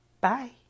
Bye